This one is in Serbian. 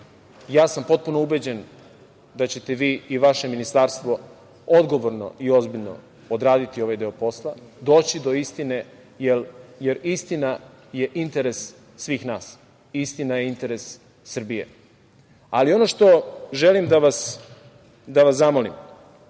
posao. Potpuno sam ubeđen da ćete vi i vaše ministarstvo odgovorno i ozbiljno odraditi ovaj deo posla, doći do istine, jer je istina interes svih nas i istina je interes Srbije. Ono što želim da vas zamolim